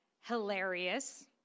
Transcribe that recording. hilarious